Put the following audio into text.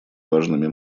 важными